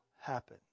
happen